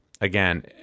again